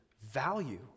value